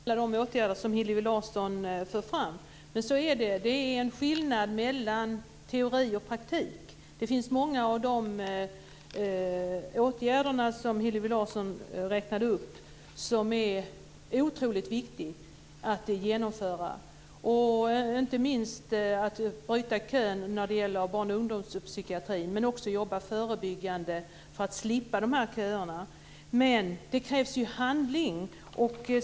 Fru talman! Det är väldigt bra åtgärder som Hillevi Larsson för fram. Men det är en skillnad mellan teori och praktik. Många av de åtgärder som Hillevi Larsson räknar upp är otroligt viktiga att genomföra, inte minst att bryta köer till barn och ungdomspsykiatrin men också jobba förebyggande för att slippa de här köerna. Det krävs ju handling.